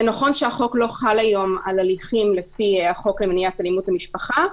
זה נכון שהחוק לא חל היום על הליכים לפי החוק למניעת אלימות במשפחה,